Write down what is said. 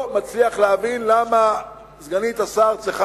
אני לא מצליח להבין למה סגנית השר צריכה